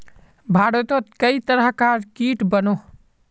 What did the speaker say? भारतोत कई तरह कार कीट बनोह